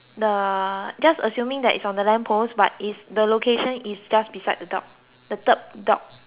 just assuming that is on the lamp post but is the location is just beside the dog the third dog